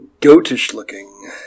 Goatish-looking